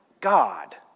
God